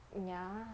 ya